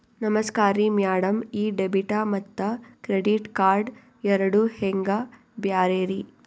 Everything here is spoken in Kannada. ನಮಸ್ಕಾರ್ರಿ ಮ್ಯಾಡಂ ಈ ಡೆಬಿಟ ಮತ್ತ ಕ್ರೆಡಿಟ್ ಕಾರ್ಡ್ ಎರಡೂ ಹೆಂಗ ಬ್ಯಾರೆ ರಿ?